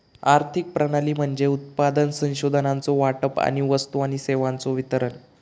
आर्थिक प्रणाली म्हणजे उत्पादन, संसाधनांचो वाटप आणि वस्तू आणि सेवांचो वितरण